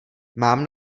mám